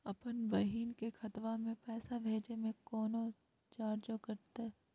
अपन बहिन के खतवा में पैसा भेजे में कौनो चार्जो कटतई?